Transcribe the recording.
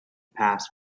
pass